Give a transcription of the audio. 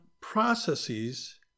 processes